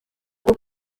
bwo